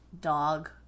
Dog